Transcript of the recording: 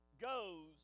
goes